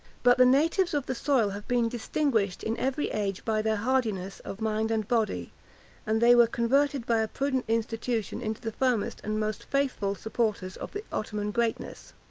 but the natives of the soil have been distinguished in every age by their hardiness of mind and body and they were converted by a prudent institution into the firmest and most faithful supporters of the ottoman greatness.